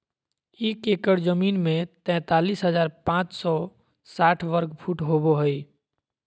एक एकड़ जमीन में तैंतालीस हजार पांच सौ साठ वर्ग फुट होबो हइ